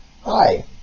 Hi